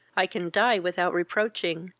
i can die without reproaching,